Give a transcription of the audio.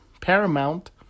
paramount